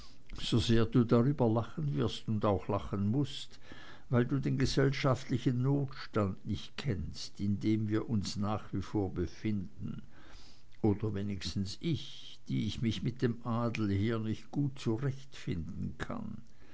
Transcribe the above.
du darüber lachen wirst und auch lachen mußt weil du den gesellschaftlichen notstand nicht kennst in dem wir uns nach wie vor befinden oder wenigstens ich die ich mich mit dem adel hier nicht gut zurechtfinden kann